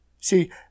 See